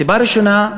סיבה ראשונה,